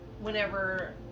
Whenever